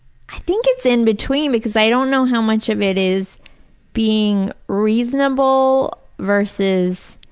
i think it's in-between because i don't know how much of it is being reasonable versus